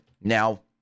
Now